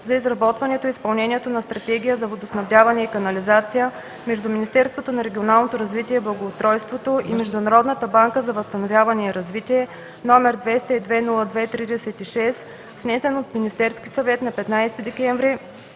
за разработване и изпълнение на стратегия за водоснабдяване и канализация между Министерството на регионалното развитие и благоустройството и Международната банка за възстановяване и развитие, № 202-02-36, внесен от Министерския съвет на 15 декември